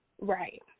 right